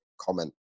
comment